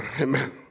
Amen